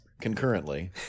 concurrently